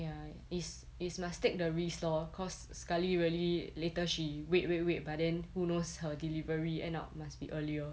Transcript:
ya it's it's must take the risk lor cause sekali really later she wait wait wait but then who knows her delivery end up must be earlier